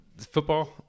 Football